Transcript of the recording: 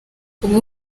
ubwo